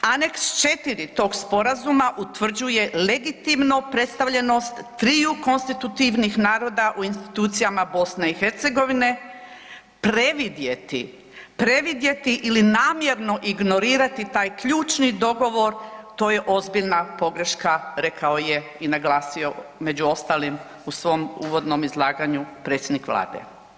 Aneks 4 tog sporazuma utvrđuje legitimnu predstavljenost triju konstitutivnih naroda u institucijama BiH previdjeti, previdjeti ili namjerno ignorirati taj ključni dogovor to je ozbiljna pogreška, rekao je i naglasio među ostalim u svom uvodnom izlaganju predsjednik Vlade.